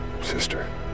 sister